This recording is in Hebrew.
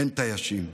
אין תיישים.